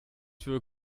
für